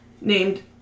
Named